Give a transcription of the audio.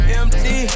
empty